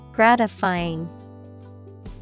Gratifying